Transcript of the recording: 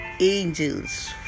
angels